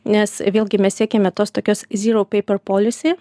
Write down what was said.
nes vėlgi mes siekiame tos tokios zyrou peipar polisy